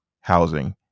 housing